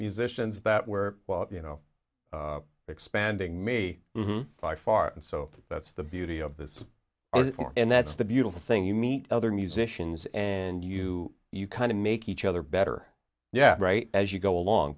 musicians that were you know expanding me by far and so that's the beauty of this and that's the beautiful thing you meet other musicians and you you kind of make each other better yeah right as you go along